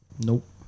Nope